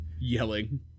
Yelling